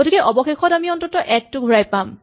গতিকে অৱশেষত আমি অন্ততঃ ১ ঘূৰাই পাম